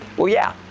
well, yeah,